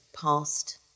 past